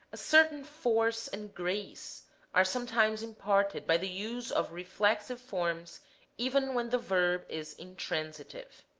a certain force and grace are sometimes imparted by the use of reflexive forms even when the verb is in transitive.